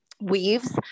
weaves